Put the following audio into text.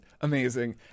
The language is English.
amazing